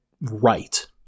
right